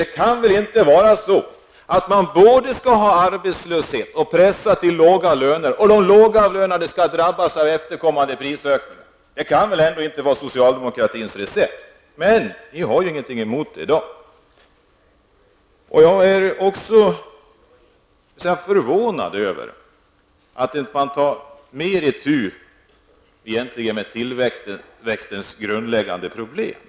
Det kan väl inte vara så att vi både skall ha arbetslöshet och nedpressade löner och de lågavlönade sedan skall drabbas av efterföljande prisökningar. Det kan väl inte vara socialdemokratins recept, men ni har ingenting emot det i dag. Jag är också förvånad över att man inte tar mer itu med tillväxtens grundläggande problem.